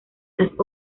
las